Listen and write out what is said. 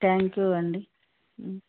thank you అండి